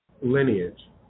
lineage